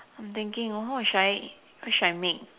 I'm thinking what should I what should I make